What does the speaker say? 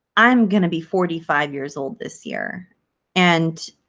i'm going to be forty five years old this year and